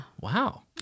Wow